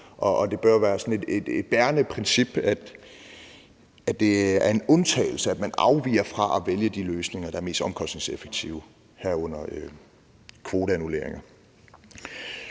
det bør være et bærende princip, at det er en undtagelse, at man afviger fra at vælge de løsninger, der er mest de omkostningseffektive, herunder kvoteannulleringer.